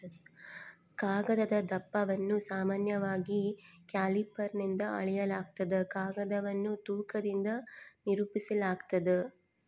ಕಾಗದದ ದಪ್ಪವನ್ನು ಸಾಮಾನ್ಯವಾಗಿ ಕ್ಯಾಲಿಪರ್ನಿಂದ ಅಳೆಯಲಾಗ್ತದ ಕಾಗದವನ್ನು ತೂಕದಿಂದ ನಿರೂಪಿಸಾಲಾಗ್ತದ